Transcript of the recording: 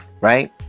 right